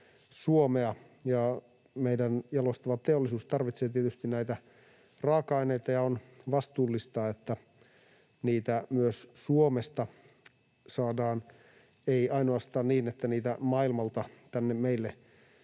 meidän jalostava teollisuutemme tarvitsee tietysti näitä raaka-aineita, ja on vastuullista, että niitä myös Suomesta saadaan — ei ainoastaan niin, että niitä maailmalta tänne meille tuodaan.